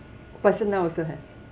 personal also have